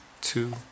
two